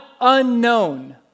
unknown